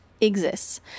exists